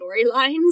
storylines